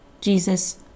jesus